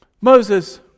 Moses